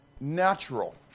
natural